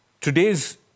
today's